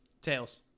Tails